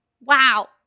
Wow